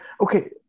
okay